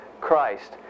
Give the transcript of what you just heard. Christ